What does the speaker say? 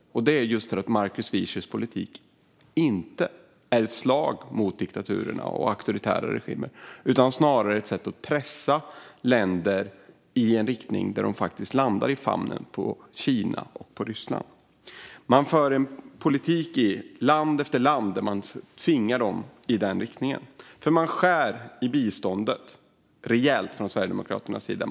Detta beror på att Markus Wiechels politik inte innebär ett slag mot diktaturerna och auktoritära regimer utan snarare är ett sätt att pressa länder i en riktning som faktiskt gör att de landar i famnen på Kina och Ryssland. När det gäller land efter land för man en politik som tvingar dem i den riktningen. Från Sverigedemokraternas sida skär man nämligen rejält i biståndet.